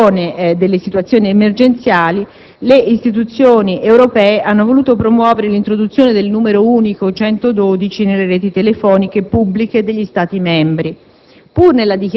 immediato le situazioni emergenziali, le istituzioni europee hanno voluto promuovere l'introduzione del numero unico 112 nelle reti telefoniche pubbliche degli Stati membri,